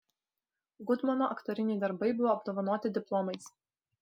gudmono aktoriniai darbai buvo apdovanoti diplomais